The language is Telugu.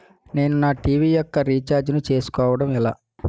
నేను నా టీ.వీ యెక్క రీఛార్జ్ ను చేసుకోవడం ఎలా?